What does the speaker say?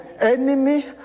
enemy